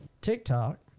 TikTok